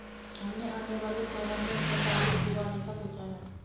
हमने आने वाले सावन में रतालू उगाने का सोचा है